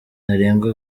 ntarengwa